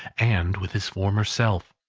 and with his former self.